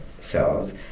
cells